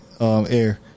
air